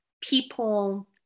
people